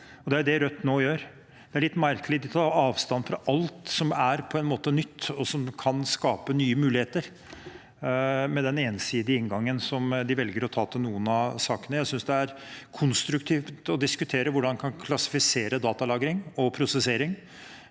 det er det Rødt nå gjør. Det er litt merkelig. De tar avstand fra alt som er nytt, og som kan skape nye muligheter, med den ensidige inngangen de velger å ha til noen av sakene. Jeg synes det er konstruktivt å diskutere hvordan vi kan klassifisere datalagring og prosessering